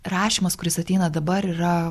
rašymas kuris ateina dabar yra